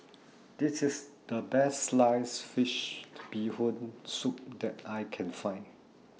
This IS The Best Sliced Fish Bee Hoon Soup that I Can Find